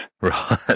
Right